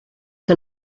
que